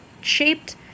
shaped